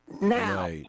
Now